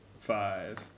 Five